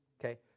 okay